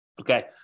Okay